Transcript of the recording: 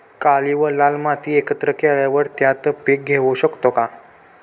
काळी व लाल माती एकत्र केल्यावर त्यात पीक घेऊ शकतो का?